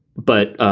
but,